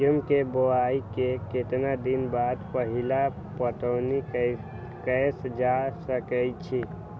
गेंहू के बोआई के केतना दिन बाद पहिला पटौनी कैल जा सकैछि?